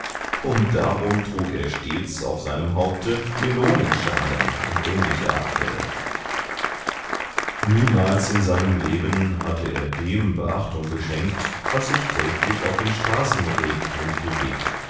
und darum trug er stets auf seinem haupte melonenschalen und ähnliche abfälle niemals in seinem leben hatte er dem beachtung geschenkt was sich täglich auf den straßen regt und bewegt